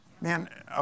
Man